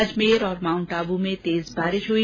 अजमेर और माउंटआबू में तेज वर्षा हुई